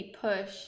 push